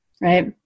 Right